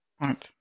Right